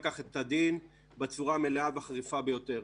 כך את הדין בצורה מלאה והחריפה ביותר.